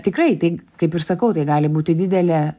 tikrai tai kaip ir sakau tai gali būti didelė